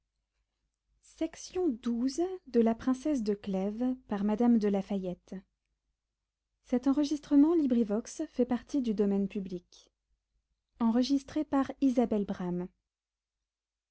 of la princesse